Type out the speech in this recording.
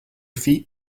feet